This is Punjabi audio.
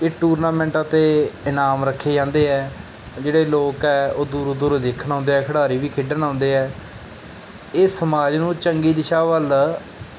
ਇਹ ਟੂਰਨਾਮੈਂਟਾਂ 'ਤੇ ਇਨਾਮ ਰੱਖੇ ਜਾਂਦੇ ਹੈ ਜਿਹੜੇ ਲੋਕ ਹੈ ਉਹ ਦੂਰੋਂ ਦੂਰੋਂ ਦੇਖਣ ਆਉਂਦੇ ਆ ਖਿਡਾਰੀ ਵੀ ਖੇਡਣ ਆਉਂਦੇ ਹੈ ਇਹ ਸਮਾਜ ਨੂੰ ਚੰਗੀ ਦਿਸ਼ਾ ਵੱਲ